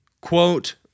Quote